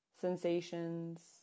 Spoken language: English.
sensations